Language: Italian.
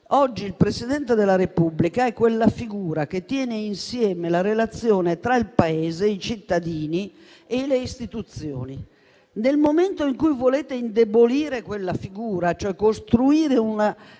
oggi il Presidente della Repubblica è quella figura che tiene insieme la relazione tra il Paese, i cittadini e le istituzioni. Nel momento in cui volete indebolire quella figura, cioè costruire una